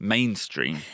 Mainstream